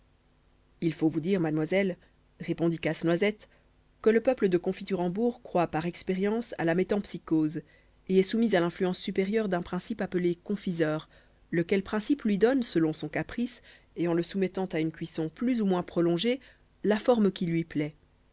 il faut vous dire mademoiselle répondit casse-noisette que le peuple de confiturembourg croit par expérience à la métempsycose et est soumis à l'influence supérieure d'un principe appelé confiseur lequel principe lui donne selon son caprice et en le soumettant à une cuisson plus ou moins prolongée la forme qui lui plaît